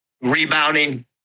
rebounding